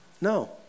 No